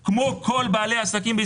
כל הכבוד.